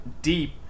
deep